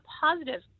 positive